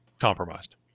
compromised